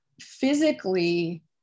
physically